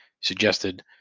suggested